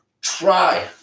Try